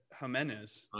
jimenez